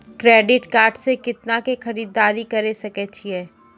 Credit card से कितना के खरीददारी करे सकय छियै?